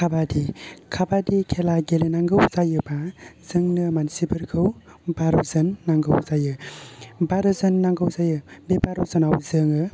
खाबादि खाबादि खेला गेलेनांगौ जायोबा जोंनो मानसिफोरखौ बार'जन नांगौ जायो बार'जन नांगौ जायो बे बार'जनाव जोङो